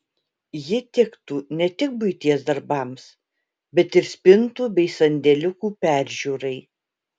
ji tiktų ne tik buities darbams bet ir spintų bei sandėliukų peržiūrai